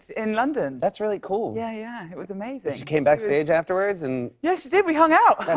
in london. that's really cool. yeah, yeah. it was amazing. she came backstage afterwards and yeah, she did. we hung out.